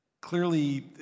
clearly